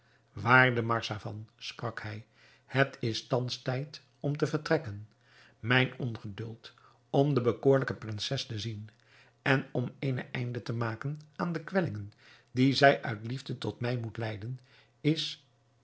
waarde marzavan sprak hij het is thans tijd om te vertrekken mijn ongeduld om de bekoorlijke prinses te zien en om een einde te maken aan de kwellingen die zij uit liefde tot mij moet lijden is